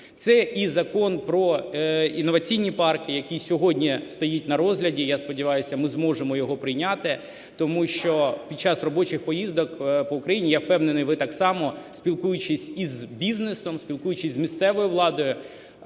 Це і Закон про інноваційні парки, який сьогодні стоїть на розгляді, я сподіваюся, ми зможемо його прийняти. Тому що під час робочих поїздок по Україні, я впевнений, ви так само, спілкуючись із бізнесом, спілкуючись з місцевою владою,